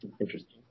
interesting